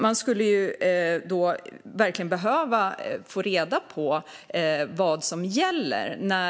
Vi skulle verkligen behöva få reda på vad som gäller.